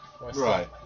Right